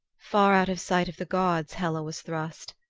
far out of sight of the gods hela was thrust.